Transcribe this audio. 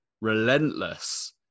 relentless